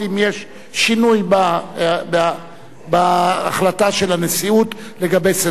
שינוי בהחלטה של הנשיאות לגבי סדר-היום.